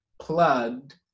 plugged